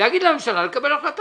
להגיד לממשלה לקבל החלטה.